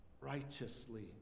righteously